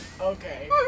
Okay